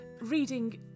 reading